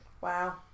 Wow